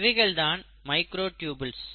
இவைகள்தான் மைக்ரோடியூபுல்ஸ்